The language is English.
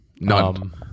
None